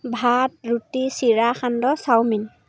ভাত ৰুটি চিৰা সান্দহ চাও মিন